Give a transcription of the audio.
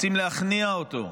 רוצים להכניע אותו,